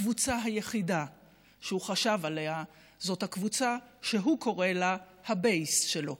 הקבוצה היחידה שהוא חשב עליה זאת הקבוצה שהוא קורא לה ה-base שלו,